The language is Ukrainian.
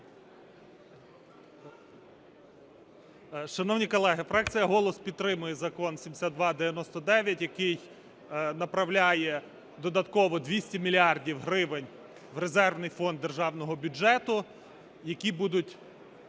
Шановні колеги, фракція "Голос" підтримує Закон 7299, який направляє додатково 200 мільярдів гривень в резервний фонд державного бюджету, які будуть